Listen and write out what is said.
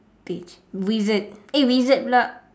bitch wizard eh wizard pula